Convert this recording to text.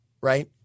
Right